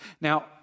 Now